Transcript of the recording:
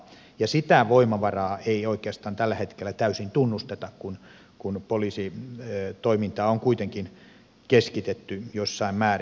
ja sitä voimavaraa ei oikeastaan tällä hetkellä täysin tunnusteta kun poliisitoimintaa on kuitenkin keskitetty jossain määrin